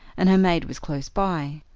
and her maid was close by.